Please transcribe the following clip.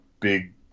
big